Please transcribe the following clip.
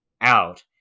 out